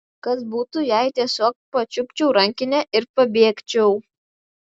kas būtų jei tiesiog pačiupčiau rankinę ir pabėgčiau